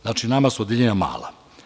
Znači, nama su odeljenja mala.